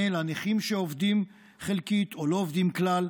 לנכים שעובדים חלקית או לא עובדים כלל,